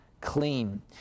clean